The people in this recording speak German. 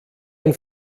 man